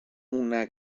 una